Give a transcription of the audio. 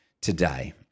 today